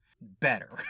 better